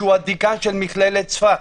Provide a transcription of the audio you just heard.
שהוא הדיקן של מכללת צפת,